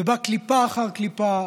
זה בא קליפה אחר קליפה,